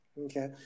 Okay